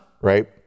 Right